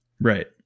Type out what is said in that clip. right